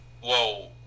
whoa